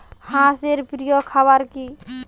হাঁস এর প্রিয় খাবার কি?